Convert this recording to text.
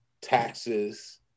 taxes